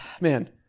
man